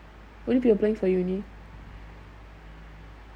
when you applying for uni